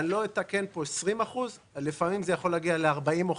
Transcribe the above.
אני לא אתקן פה 20%; לפעמים זה יכול להגיע לכ-40%-50%.